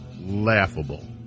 laughable